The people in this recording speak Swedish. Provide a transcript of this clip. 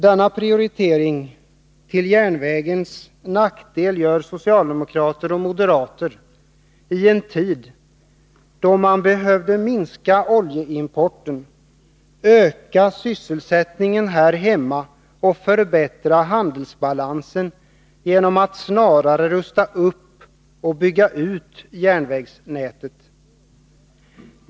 Den prioriteringen till järnvägens nackdel gör socialdemokrater och moderater i en tid då man behövde minska oljeimporten, öka sysselsättningen här hemma och förbättra handelsbalansen genom att snarare rusta upp och bygga ut järnvägsnätet.